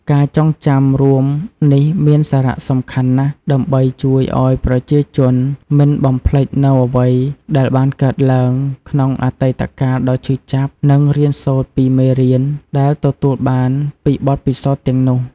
ការចងចាំរួមនេះមានសារៈសំខាន់ណាស់ ដើម្បីជួយឲ្យប្រជាជន មិនបំភ្លេចនូវអ្វីដែលបានកើតឡើង ក្នុងអតីតកាលដ៏ឈឺចាប់ និង រៀនសូត្រពីមេរៀន ដែលទទួលបានពីបទពិសោធន៍ទាំងនោះ។